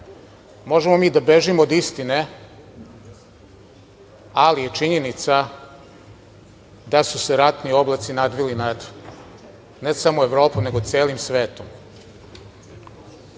Možemo mi da bežimo od istine, ali je činjenica da su se ratni oblaci nadvili nad, ne samo Evropom nego celim